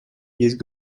есть